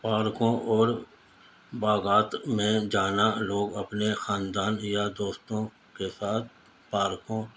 پارکوں اور باغات میں جانا لوگ اپنے خاندان یا دوستوں کے ساتھ پارکوں